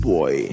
Boy